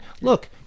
look